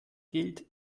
gilt